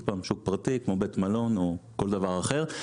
שוב פעם, שוק פרטי, כמו בית מלון או כל דבר אחר.